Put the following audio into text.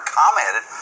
commented